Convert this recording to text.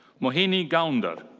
mohini gaunga.